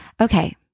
Okay